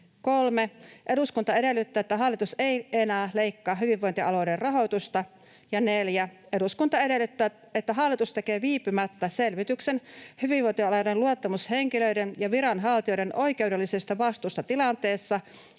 ”3. Eduskunta edellyttää, että hallitus ei enää leikkaa hyvinvointialueiden rahoitusta.” ”4. Eduskunta edellyttää, että hallitus tekee viipymättä selvityksen hyvinvointialueiden luottamushenkilöiden ja viranhaltijoiden oikeudellisesta vastuusta tilanteessa,